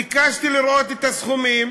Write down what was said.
ביקשתי לראות את הסכומים